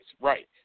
right